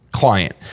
client